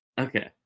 Okay